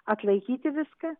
atlaikyti viską